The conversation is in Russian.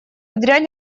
дрянь